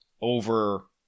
over